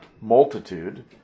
multitude